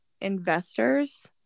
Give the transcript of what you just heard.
investors